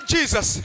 Jesus